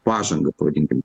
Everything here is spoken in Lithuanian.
pažangą pavadinkim